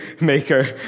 maker